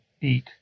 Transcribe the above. eat